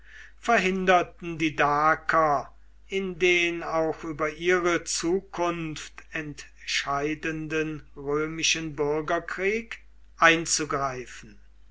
verhinderten die daker in den auch über ihre zukunft entscheidenden römischen bürgerkrieg einzugreifen